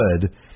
good